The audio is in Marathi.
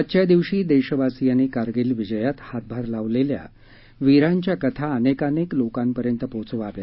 आजच्या दिवशी देशवासियांनी कारगिल विजयात हातभार लावलेल्या वीरांच्या कथा अनेकानेक लोकांपर्यंत पोहोचवाव्या